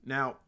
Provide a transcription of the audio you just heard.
Now